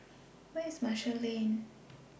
Where IS Marshall Lane